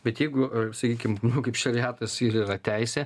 bet jeigu sakykim kaip šariatas ir yra teisė